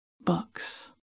books